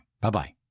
Bye-bye